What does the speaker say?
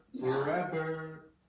Forever